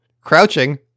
crouching